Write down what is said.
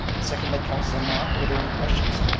second by councilor morocco. are there any questions?